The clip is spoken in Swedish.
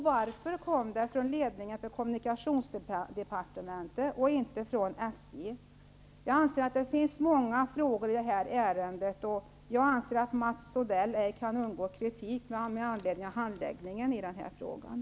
Varför kom beslutet från ledningen för kommunikationsdepartementet och inte från SJ? Jag anser att det finns många frågor i ärendet, och jag anser att Mats Odell inte kan undgå kritik med anledning av handläggningen av ärendet.